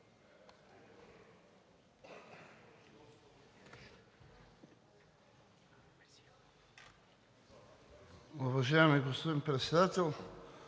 Уважаеми господин Председател,